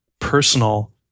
personal